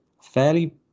fairly